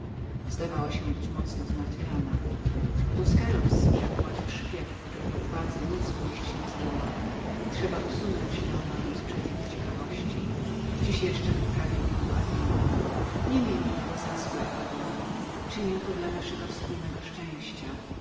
zdawała się być mocno zmartwioną busqueros rzekła jestto szpieg którego uwadze nic ujść nie zdoła trzeba usunąć leonorę z pod jego ciekawości dziś jeszcze wyprawię ją do davila nie miej mi tego za złe avadoro czynię to dla jej i dla twego szczęścia